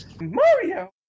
Mario